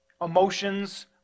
emotions